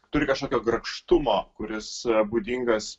turi kažkokio grakštumą kuris būdingas